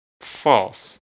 false